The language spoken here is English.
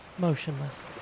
motionless